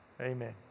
Amen